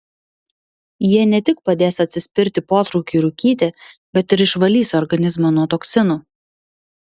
jie ne tik padės atsispirti potraukiui rūkyti bet ir išvalys organizmą nuo toksinų